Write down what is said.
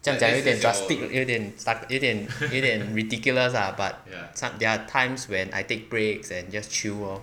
这样讲有点 drastic 有点 stu~ 有点有点 ridiculous ah but som~ there are times when I take breaks and just chill lor